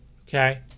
Okay